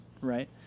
right